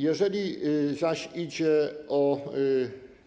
Jeżeli zaś idzie o